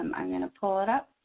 um i'm going to pull it up.